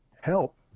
help